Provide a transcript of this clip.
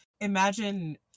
imagine